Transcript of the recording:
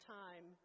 time